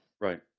Right